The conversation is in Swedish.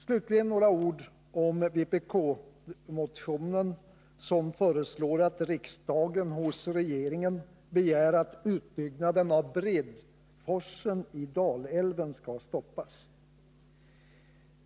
Slutligen några ord om den vpk-motion som föreslår att riksdagen hos regeringen skall begära att utbyggnaden av Bredforsen i Dalälven skall stoppas.